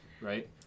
Right